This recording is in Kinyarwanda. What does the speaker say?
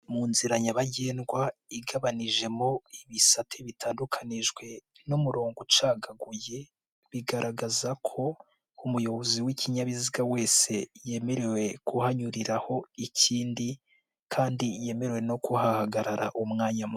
Mu nzira nyabagendwa igabanijemo ibisate bitandukanijwe n'umurongo ucagaguye, bigaragaza ko umuyobozi w'ikinyabiziga wese yemerewe kuhanyuriraho ikindi, kandi yemerewe no kuhahagarara umwanya muto.